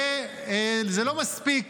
וזה לא מספיק.